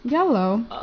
Yellow